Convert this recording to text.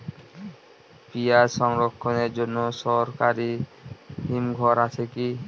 পিয়াজ সংরক্ষণের জন্য সরকারি হিমঘর আছে কি?